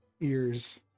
ears